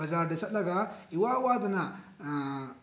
ꯕꯖꯥꯔꯗ ꯆꯠꯂꯒ ꯏꯋꯥ ꯋꯥꯗꯅ